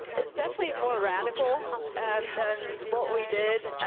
it's definitely more radical than what we did.